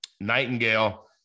Nightingale